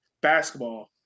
basketball